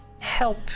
help